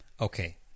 Okay